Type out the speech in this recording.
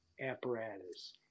apparatus